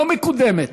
לא מקודמת.